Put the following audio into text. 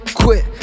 quit